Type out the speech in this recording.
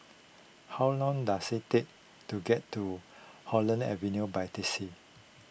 how long does it take to get to Holland Avenue by taxi